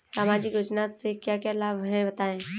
सामाजिक योजना से क्या क्या लाभ हैं बताएँ?